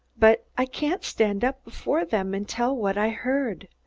but i can't stand up before them and tell what i heard.